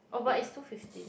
oh but it's two fifteen